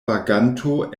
vaganto